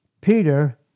Peter